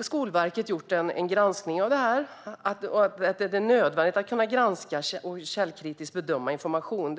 Skolverket har gjort en granskning av detta. Det man säger i sina dokument är att det är nödvändigt att kunna granska och källkritiskt bedöma information